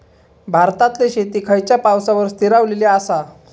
भारतातले शेती खयच्या पावसावर स्थिरावलेली आसा?